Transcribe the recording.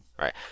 Right